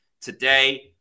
today